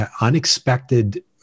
unexpected